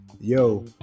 yo